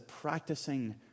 practicing